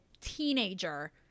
teenager